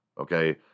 okay